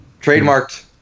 Trademarked